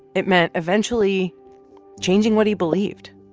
it meant eventually changing what he believed